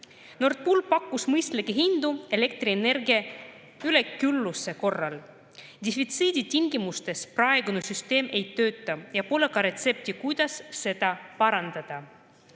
Nord Pool pakkus mõistlikke hindu elektrienergia ülekülluse korral. Defitsiidi tingimustes praegune süsteem ei tööta ja pole ka retsepti, kuidas seda parandada.